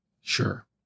Sure